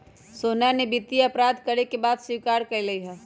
सोहना ने वित्तीय अपराध करे के बात स्वीकार्य कइले है